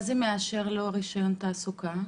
מה זה מאושר לו רישיון תעסוקה?